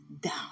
down